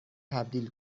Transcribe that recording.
تبدیل